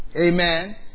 Amen